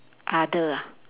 other ah